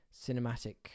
cinematic